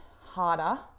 harder